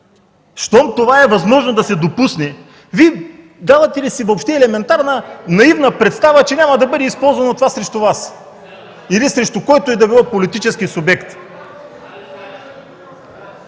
Щом е възможно това да се допусне, давате ли си въобще елементарна наивна представа, че няма да бъде използвано това срещу Вас или срещу който и да било политически субект?!